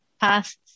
past